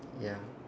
ya